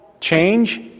Change